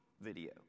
video